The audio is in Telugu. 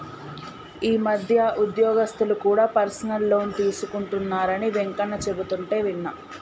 ఈ మధ్య ఉద్యోగస్తులు కూడా పర్సనల్ లోన్ తీసుకుంటున్నరని వెంకన్న చెబుతుంటే విన్నా